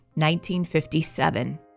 1957